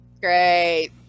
Great